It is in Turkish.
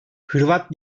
hırvat